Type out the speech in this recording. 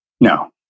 No